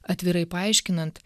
atvirai paaiškinant